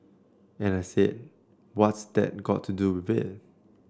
and I said what's that got to do with